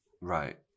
Right